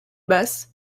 basse